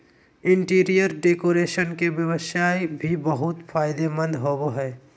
interior decoration के व्यवसाय भी बहुत फायदेमंद होबो हइ